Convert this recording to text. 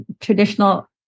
traditional